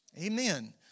Amen